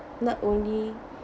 not only